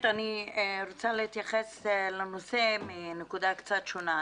האמת שאני רוצה להתייחס לנושא מנקודה קצת שונה.